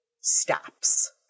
stops